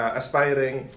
aspiring